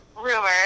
rumor